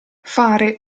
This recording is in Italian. fare